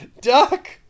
Duck